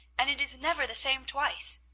and it is never the same twice.